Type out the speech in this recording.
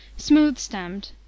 smooth-stemmed